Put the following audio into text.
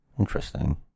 Interesting